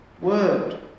word